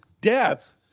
death